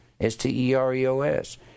s-t-e-r-e-o-s